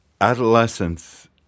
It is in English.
adolescence